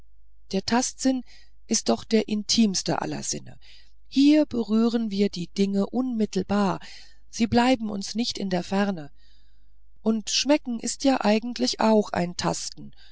der tastsinn ist doch der intimste aller sinne hier berühren wir die dinge unmittelbar sie bleiben uns nicht in der ferne und schmecken ist ja eigentlich auch ein tasten